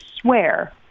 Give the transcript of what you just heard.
swear